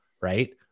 right